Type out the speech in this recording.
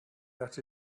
that